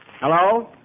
Hello